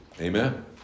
Amen